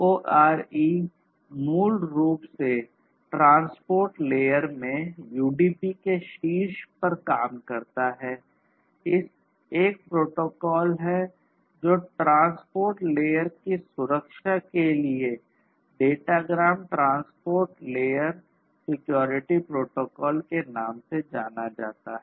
CORE मूल रूप से ट्रांसपोर्ट लेयर के नाम से जाना जाता है